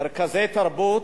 מרכזי תרבות,